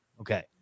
Okay